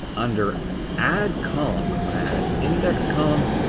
under add column, i am going to add an index column.